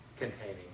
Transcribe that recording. containing